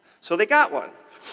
so they got one.